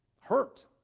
hurt